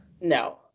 No